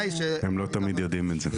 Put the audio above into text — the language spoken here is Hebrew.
הם לא תמיד יודעים את זה.